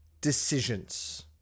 Decisions